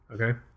okay